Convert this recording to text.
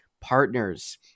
partners